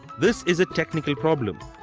this is a technical problem.